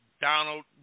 Donald